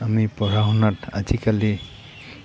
আমি পঢ়া শুনাত আজিকালি